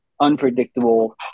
unpredictable